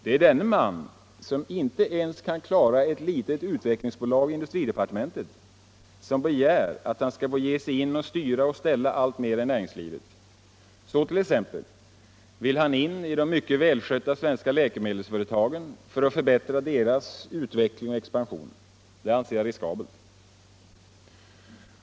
Det är denne man, som inte ens kan klara ett litet utvecklingsbolag i industridepartementet, som begär att han skall få ge sig in i och styra och ställa allt mera i näringslivet. Så t.ex. vill han in i de mycket välskötta svenska läkemedelsföretagen för att förbättra deras utveckling och expansion. Det anser jag riskabelt.